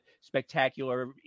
spectacular